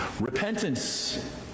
Repentance